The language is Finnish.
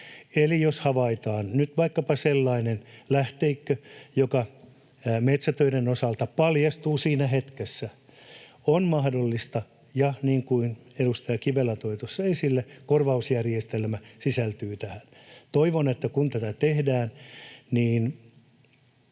Eli jos havaitaan nyt vaikkapa sellainen lähteikkö, joka metsätöiden osalta paljastuu siinä hetkessä, toiminta on mahdollista, ja niin kuin edustaja Kivelä toi tuossa esille, korvausjärjestelmä sisältyy tähän. Toivon, että kun tätä tehdään,